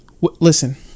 Listen